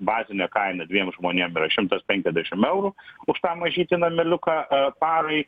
bazinė kaina dviem žmonėm yra šimtas penkiasdešim eurų už tą mažytį nameliuką parai